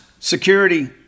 Security